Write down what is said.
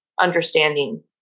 understanding